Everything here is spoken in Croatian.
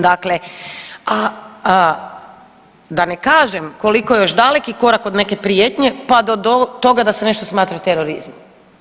Dakle, da ne kažem koliko je još daleki korak od neke prijetnje, pa do toga da se nešto smatra terorizmom.